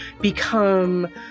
become